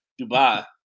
Dubai